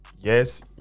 yes